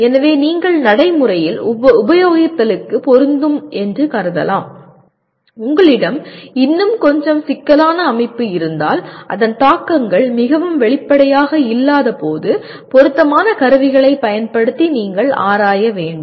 எனவே நீங்கள் நடைமுறையில் உபயோகித்தலுக்கு பொருந்தும் என்று கருதலாம் உங்களிடம் இன்னும் கொஞ்சம் சிக்கலான அமைப்பு இருந்தால் அதன் தாக்கங்கள் மிகவும் வெளிப்படையாக இல்லாதபோது பொருத்தமான கருவிகளைப் பயன்படுத்தி நீங்கள் ஆராய வேண்டும்